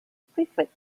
preferred